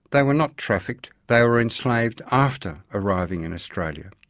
they were not trafficked they were enslaved after arriving in australia.